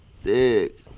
Thick